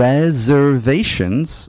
Reservations